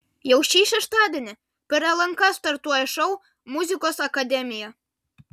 jau šį šeštadienį per lnk startuoja šou muzikos akademija